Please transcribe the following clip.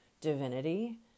divinity